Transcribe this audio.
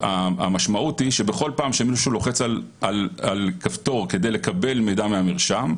המשמעות היא שבכל פעם שמישהו לוחץ על כפתור כדי לקבל מידע מהמרשם,